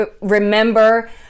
remember